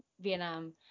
Vietnam